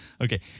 Okay